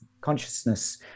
consciousness